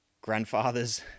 grandfathers